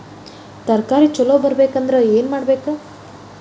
ತರಕಾರಿ ಛಲೋ ಬರ್ಬೆಕ್ ಅಂದ್ರ್ ಏನು ಮಾಡ್ಬೇಕ್?